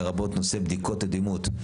לרבות נושא בדיקות הדימות.